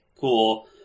cool